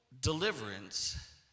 deliverance